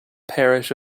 parish